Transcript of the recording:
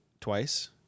twice